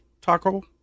taco